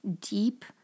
deep